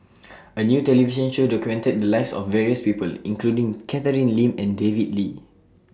A New television Show documented The Lives of various People including Catherine Lim and David Lee